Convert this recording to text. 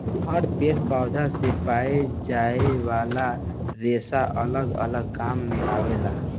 हर पेड़ पौधन से पाए जाये वाला रेसा अलग अलग काम मे आवेला